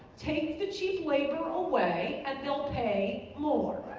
take the cheap labor away and they'll pay more.